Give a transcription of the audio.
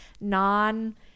non